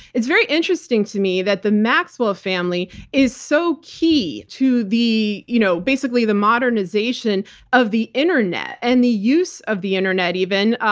it's very interesting to me that the maxwell family is so key to, you know basically, the modernization of the internet and the use of the internet, even,